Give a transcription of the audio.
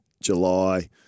July